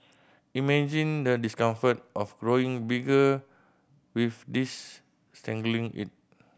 imagine the discomfort of growing bigger with this strangling it